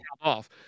off